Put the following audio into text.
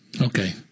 Okay